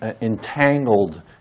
entangled